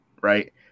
right